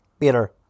Peter